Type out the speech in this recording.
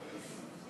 איציק.